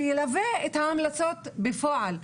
שילווה את ההמלצות בפועל.